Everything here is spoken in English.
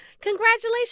Congratulations